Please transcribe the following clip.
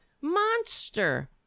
monster